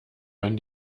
wenn